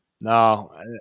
no